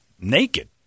naked